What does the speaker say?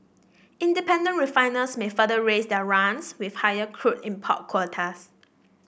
independent refiners may further raise their runs with higher crude import quotas